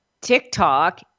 TikTok